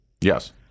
Yes